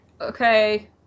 Okay